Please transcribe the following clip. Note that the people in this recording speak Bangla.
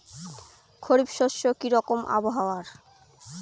খরিফ শস্যে কি রকম আবহাওয়ার?